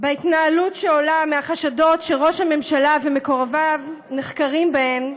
בהתנהלות שעולה מהחשדות שראש הממשלה ומקורביו נחקרים בהם,